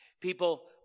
people